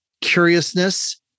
curiousness